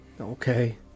Okay